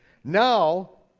now.